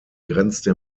grenzte